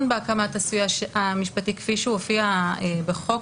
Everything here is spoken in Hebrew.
בהקמת הסיוע המשפטי כפי שהוא הופיע בחוק,